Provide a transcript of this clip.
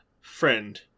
friend